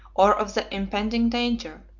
or of the impending danger.